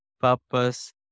purpose